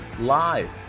live